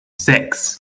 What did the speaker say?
Six